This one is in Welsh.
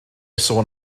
sôn